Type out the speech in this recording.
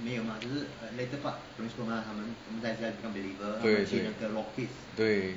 对对对